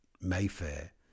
Mayfair